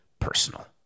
personal